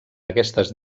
aquestes